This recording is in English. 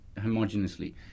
homogeneously